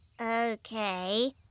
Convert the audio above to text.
Okay